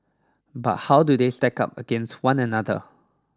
but how do they stack up against one another